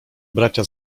bracia